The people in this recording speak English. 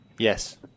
Yes